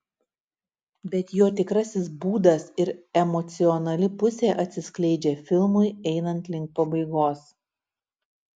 bet jo tikrasis būdas ir emocionali pusė atsiskleidžia filmui einant link pabaigos